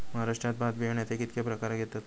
महाराष्ट्रात भात बियाण्याचे कीतके प्रकार घेतत?